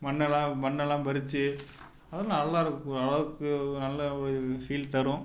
மண்ணெலாம் மண்ணெலாம் பறிச்சு அதெல்லாம் நல்லாயிருக்கும் ஓரளவுக்கு நல்ல ஒரு ஃபீல் தரும்